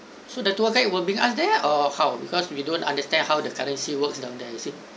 so the tour guide will bring us there or how because we don't understand how the currency works down there you see